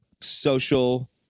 social